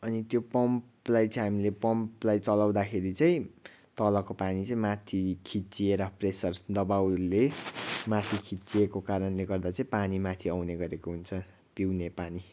अनि त्यो पम्पलाई चाहिँ हामीले पम्पलाई चलाउँदाखेरि चाहिँ तलको पानी चाहिँ माथि खिचिएर प्रेसर दबाउले माथि खिचिएको कारणले गर्दा चाहिँ पानी माथि आउने गरेको हुन्छ पिउने पानी